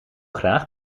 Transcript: graag